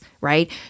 right